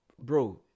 bro